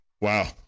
Wow